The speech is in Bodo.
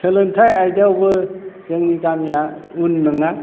सोलोंथाइ आयदायावबो जोंनि गामिया उन नङा